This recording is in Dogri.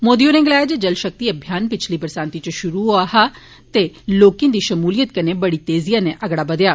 मोदी होरें गलाया जे जल शक्ति अभियान पिच्छली वरसांती इच शुरू होआ हा ते लोकें दी शमूलियत कन्नै बड़ी तेजिएं नै अगड़ा बदेआ